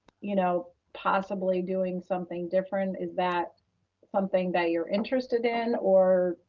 you know, possibly doing something different. is that something that you're interested in or?